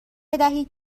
بدهید